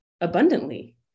abundantly